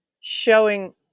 showing